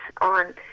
on